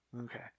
Okay